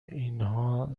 اینها